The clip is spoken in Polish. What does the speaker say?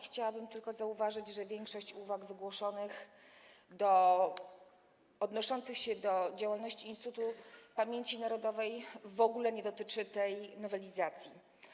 Chciałabym tylko zauważyć, że większość wygłoszonych uwag odnoszących się do działalności Instytutu Pamięci Narodowej w ogóle nie dotyczyło tej nowelizacji.